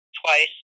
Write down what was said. twice